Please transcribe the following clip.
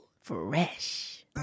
Fresh